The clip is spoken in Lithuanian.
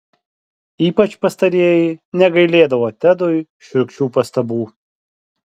ypač pastarieji negailėdavo tedui šiurkščių pastabų